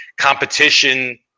competition